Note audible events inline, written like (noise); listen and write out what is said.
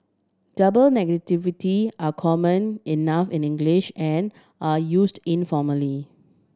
double (unintelligible) are common enough in English and are used informally